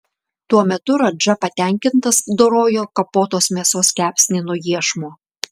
tuo metu radža patenkintas dorojo kapotos mėsos kepsnį nuo iešmo